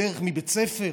בדרך מבית ספר?